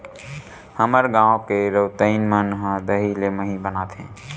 हमर गांव के रउतइन मन ह दही ले मही बनाथे